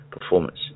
performance